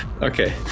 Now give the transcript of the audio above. Okay